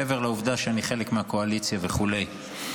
מעבר לעובדה שאני חלק מהקואליציה וכו'.